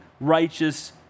righteous